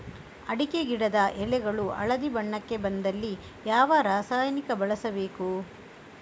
ಅಡಿಕೆ ಗಿಡದ ಎಳೆಗಳು ಹಳದಿ ಬಣ್ಣಕ್ಕೆ ಬಂದಲ್ಲಿ ಯಾವ ರಾಸಾಯನಿಕ ಬಳಸಬೇಕು?